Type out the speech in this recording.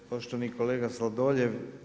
Poštovani kolega Sladoljev.